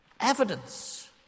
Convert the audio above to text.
Evidence